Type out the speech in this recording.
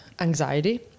Anxiety